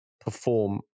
perform